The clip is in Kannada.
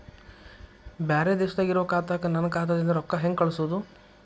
ಬ್ಯಾರೆ ದೇಶದಾಗ ಇರೋ ಖಾತಾಕ್ಕ ನನ್ನ ಖಾತಾದಿಂದ ರೊಕ್ಕ ಹೆಂಗ್ ಕಳಸೋದು?